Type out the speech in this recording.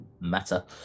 Meta